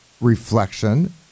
reflection